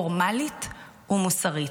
פורמלית ומוסרית,